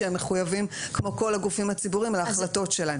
שהם מחויבים כמו כל הגופים הציבוריים להחלטות שלהם.